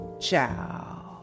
Ciao